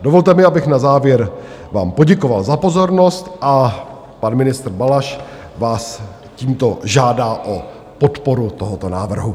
Dovolte mi, abych na závěr vám poděkoval za pozornost a pan ministr Balaš vás tímto žádá o podporu tohoto návrhu.